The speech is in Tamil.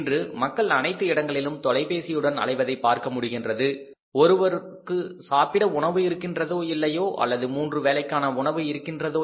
இன்று மக்கள் அனைத்து இடங்களிலும் தொலைபேசியுடன் அலைவதை பார்க்க முடிகின்றது ஒருவருக்கு சாப்பிட உணவு இருக்கின்றதோ இல்லையோ அல்லது மூன்று வேளைக்கான உணவு இருக்கின்றதோ